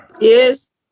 Yes